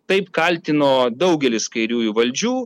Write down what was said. taip kaltino daugelis kairiųjų valdžių